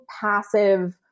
passive